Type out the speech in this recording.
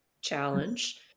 challenge